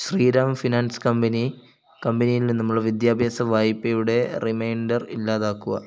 Sriram finance company കമ്പനിയിൽ നിന്നുമുള്ള വിദ്യാഭ്യാസ വായ്പയുടെ റിമൈൻഡർ ഇല്ലാതാക്കുക